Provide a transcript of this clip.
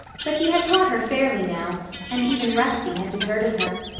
but he had caught her fairly now and even rusty had deserted her.